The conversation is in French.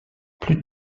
plus